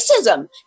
racism